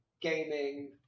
gaming